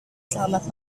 selamat